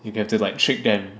you get to like shake them